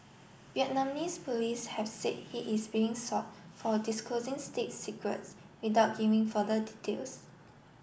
Vietnamese police have said he is being sought for disclosing state secrets without giving further details